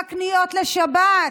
בקניות לשבת,